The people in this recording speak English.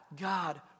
god